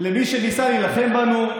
למי שניסה להילחם בנו,